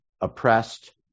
oppressed